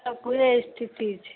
सभके उएह स्थिति छै